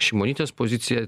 šimonytės pozicija